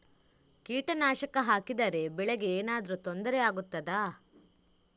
ಕೀಟನಾಶಕ ಹಾಕಿದರೆ ಬೆಳೆಗೆ ಏನಾದರೂ ತೊಂದರೆ ಆಗುತ್ತದಾ?